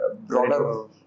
broader